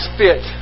fit